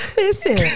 Listen